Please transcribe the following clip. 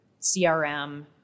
CRM